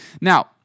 Now